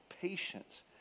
patience